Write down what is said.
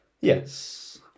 yes